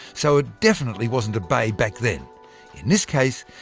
so, it definitely wasn't a bay back then! in this case,